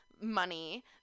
money